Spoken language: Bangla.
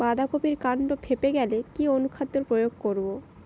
বাঁধা কপির কান্ড ফেঁপে গেলে কি অনুখাদ্য প্রয়োগ করব?